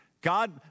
God